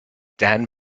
dan